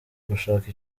gushaka